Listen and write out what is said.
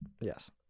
yes